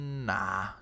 Nah